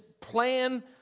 plan